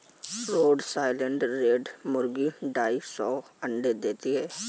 road Island Red मुर्गी ढाई सौ अंडे देती है